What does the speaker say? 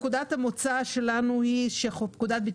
כל עוד אותה גרסה שבמתן ההיתר לא שונתה,